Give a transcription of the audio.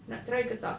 nak try ke tak